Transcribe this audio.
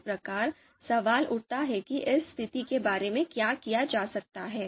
इस प्रकार सवाल उठता है कि इस स्थिति के बारे में क्या किया जा सकता है